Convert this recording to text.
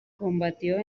combatió